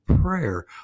prayer